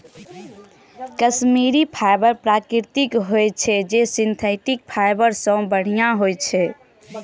Kashmiri fibre प्राकृतिक होइ छै, जे सिंथेटिक फाइबर सं बढ़िया होइ छै